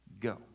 Go